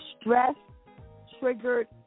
stress-triggered